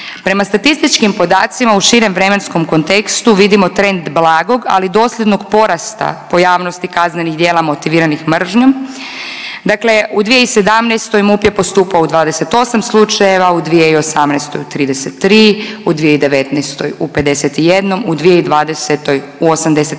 Prema statističkim podacima u širem vremenskom kontekstu vidimo trend blagog, ali dosljednog porasta pojavnosti kaznenih djela motiviranih mržnjom. Dakle, u 2017. MUP je postupao u 28 slučajeva, u 2018. u 33, u 2019. u 51, u 2020. u 87